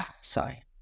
Sorry